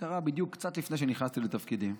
זה קרה בדיוק קצת לפני שנכנסתי לתפקידי.